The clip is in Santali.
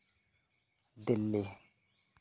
ᱫᱤᱞᱞᱤ